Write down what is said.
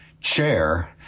chair